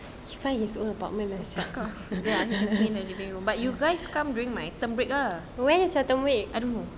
he's fine all alone by me myself when is your term break